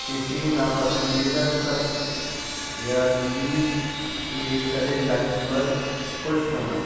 کسی ناپسندیدہ شخص یا چیز کے چلے جانے پر خوش ہونا